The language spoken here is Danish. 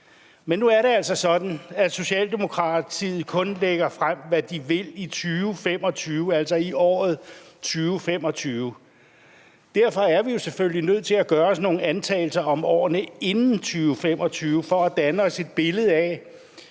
Men nu er det altså sådan, at Socialdemokratiet kun lægger frem, hvad de vil i 2025, altså i året 2025. Derfor er vi selvfølgelig nødt til at gøre os nogle antagelser for årene inden 2025 for at danne os et billede af,